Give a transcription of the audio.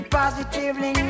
positively